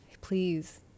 please